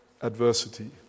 adversity